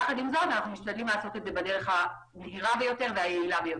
יחד עם זאת אנחנו משתדלים לעשות את זה בדרך המהירה ביותר והיעילה ביותר.